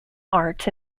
arts